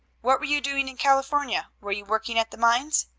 what were you doing in california? were you working at the mines?